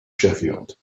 sheffield